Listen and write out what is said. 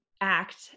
act